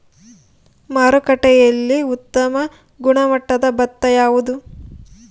ಮಾರುಕಟ್ಟೆಯಲ್ಲಿ ಉತ್ತಮ ಗುಣಮಟ್ಟದ ಭತ್ತ ಯಾವುದು?